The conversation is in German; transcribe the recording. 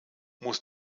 muss